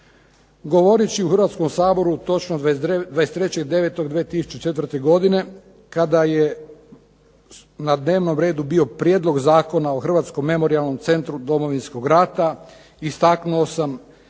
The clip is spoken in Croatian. Govoreći u Hrvatskom saboru točno 23. 9. 2004. godine kada je na dnevnom redu bio Prijedlog zakona o Hrvatskom memorijalnom centru Domovinskog rata istaknuo sam